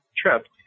trip